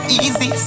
easy